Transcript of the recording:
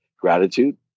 gratitude